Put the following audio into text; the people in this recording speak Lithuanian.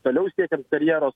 toliau siekiant karjeros